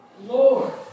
Lord